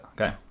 okay